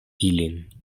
ilin